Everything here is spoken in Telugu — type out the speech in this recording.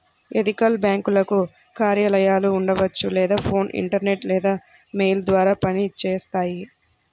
ఎథికల్ బ్యేంకులకు కార్యాలయాలు ఉండవచ్చు లేదా ఫోన్, ఇంటర్నెట్ లేదా మెయిల్ ద్వారా పనిచేస్తాయి